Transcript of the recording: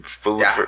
food